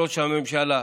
ראש הממשלה.